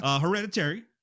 Hereditary